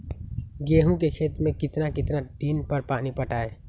गेंहू के खेत मे कितना कितना दिन पर पानी पटाये?